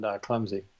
Clumsy